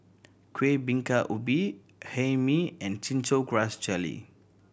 Kueh Bingka Ubi Hae Mee and Chin Chow Grass Jelly